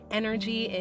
energy